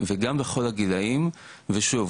וגם בכל הגילאים ושוב,